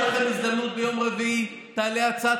יש לכם הזדמנות: ביום רביעי תעלה הצעת